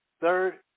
third